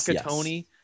Tony